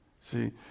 See